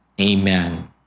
Amen